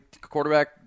quarterback